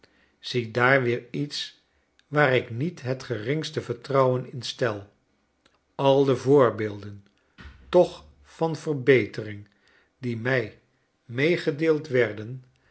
ziedaar weer iets waar ik niet het geringste vertrouwen in stel al de voorbeelden toch van verbetering die mij meegedeeld werden